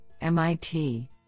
MIT